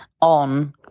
on